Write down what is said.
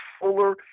fuller